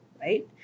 right